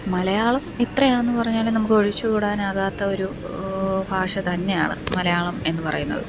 മലയാളം എത്രയാണെന്ന് പറഞ്ഞാലും നമുക്ക് ഒഴിച്ചുകൂടാനാകാത്ത ഒരു ഭാഷ തന്നെയാണ് മലയാളം എന്ന് പറയുന്നത്